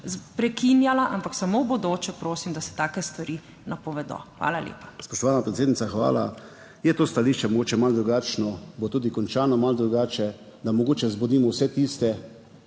prekinjala, ampak samo v bodoče prosim, da se take stvari napovedo. Nadaljevanje